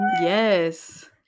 Yes